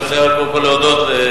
אני רוצה רק קודם כול להודות לחבר